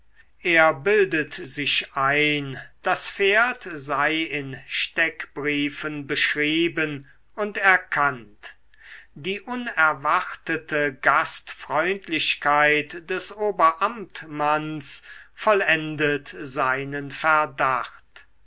er bildet sich ein das pferd sei in steckbriefen beschrieben und erkannt die unerwartete gastfreundlichkeit des oberamtmanns vollendet seinen verdacht